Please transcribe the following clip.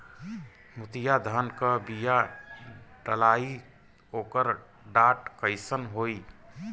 मोतिया धान क बिया डलाईत ओकर डाठ कइसन होइ?